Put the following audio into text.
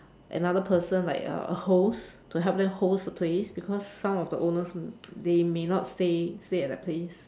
another person like uh a host to help them host the place because some of the owners they may not stay stay at the place